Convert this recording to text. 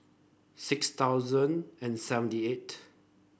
six thousand and seventy eight